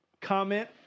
comment